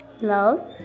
love